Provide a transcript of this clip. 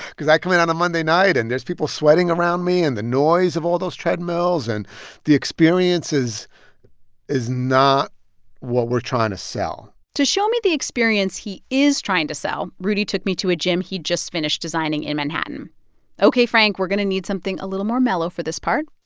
because i come in on a monday night, and there's people sweating around me and the noise of all those treadmills. and the experiences is not what we're trying to sell to show me the experience he is trying to sell, rudy took me to a gym he'd just finished designing designing in manhattan ok, frank. we're going to need something a little more mellow for this part